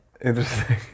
Interesting